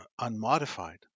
unmodified